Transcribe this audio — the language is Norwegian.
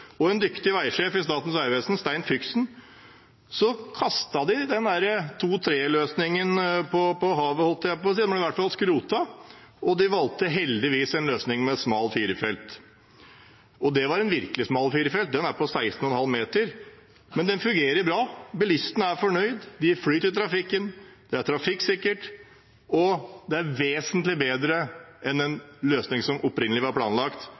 og en dyktig veisjef i Statens vegvesen, Stein Fyksen, kastet de den to-/trefeltsløsningen på havet, holdt jeg på å si. De skrotet den og valgte heldigvis en løsning med smal firefelts. Og det er en virkelig smal firefelts på 16,5 meter, men den fungerer bra. Bilistene er fornøyde. Det er flyt i trafikken, det er trafikksikkert, og det er vesentlig bedre enn den løsningen som opprinnelig var planlagt